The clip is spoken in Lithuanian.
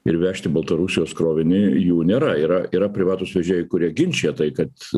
ir vežti baltarusijos krovinį jų nėra yra yra privatūs vežėjai kurie ginčija tai kad